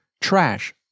trash